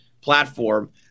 platform